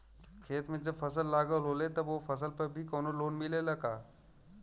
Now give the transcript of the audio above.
खेत में जब फसल लगल होले तब ओ फसल पर भी कौनो लोन मिलेला का?